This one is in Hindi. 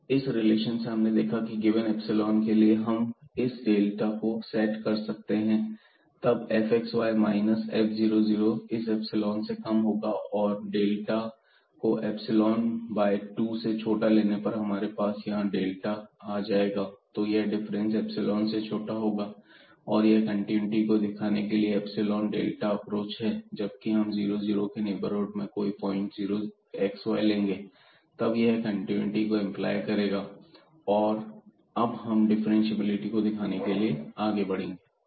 xy2x2y22δϵ whenever 0x2y2δ इस रिलेशन से हमने यह देखा की गिवेन इप्सिलोन के लिए हम इस डेल्टा को सेट कर सकते हैं तब fxy माइनस f00 टर्म इस इप्सिलोन से कम होगी और इस डेल्टा को इप्सिलोन बाय 2 से छोटा लेने पर हमारे पास यहां डेल्टा आ जाएगा तो यह डिफरेंस इप्सिलोन से छोटा होगा और यह कंटिन्यूटी को दिखाने की इप्सिलोन डेल्टा अप्रोच है जब भी हम 00 के नेबर हुड में कोई पॉइंट xy लेंगे तब यह कंटीन्यूटी को एंप्लॉय करेगा अब हम डिफरेंटशिएबिलिटी को दिखाने के लिए आगे बढ़ेंगे